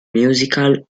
musical